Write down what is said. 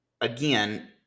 again